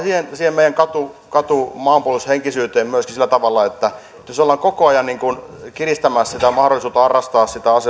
siihen meidän katumaanpuolustushenkisyyteen sillä tavalla että jos ollaan koko ajan kiristämässä mahdollisuutta harrastaa sitä